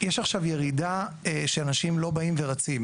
יש עכשיו ירידה שאנשים לא באים ורצים.